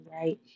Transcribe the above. right